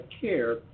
care